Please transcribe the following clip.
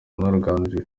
n’uruganiriro